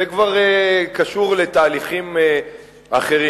זה כבר קשור לתהליכים אחרים.